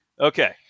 okay